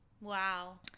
wow